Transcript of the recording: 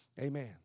Amen